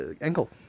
ankle